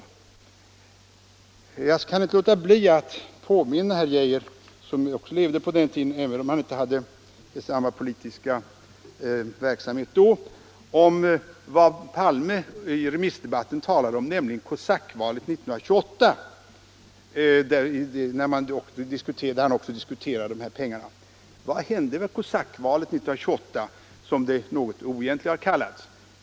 Jag kan inte låta bli att påminna herr Geijer, som också levde på den tiden — även om han då inte hade samma politiska verksamhet som nu — om vad herr Palme talade om i den allmänpolitiska debatten, nämligen kosackvalet 1928. Också då diskuterades bidrag av detta slag. Vad hände 1928 vid kosackvalet, som det något oegentligt har kallats?